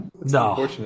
No